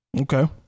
Okay